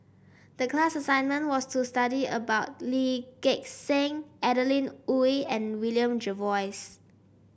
the class assignment was to study about Lee Gek Seng Adeline Ooi and William Jervois